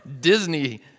Disney